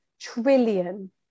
trillion